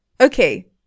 Okay